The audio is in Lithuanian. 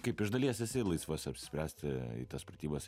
kaip iš dalies esi laisvas apsispręsti į tas pratybas